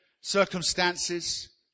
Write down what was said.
circumstances